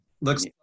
looks